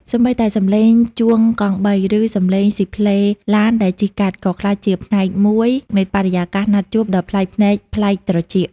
សូម្បីតែសំឡេងជួងកង់បី ឬសម្លេងស៊ីផ្លេឡានដែលជិះកាត់ ក៏ក្លាយជាផ្នែកមួយនៃបរិយាកាសណាត់ជួបដ៏ប្លែកភ្នែកប្លែកត្រចៀក។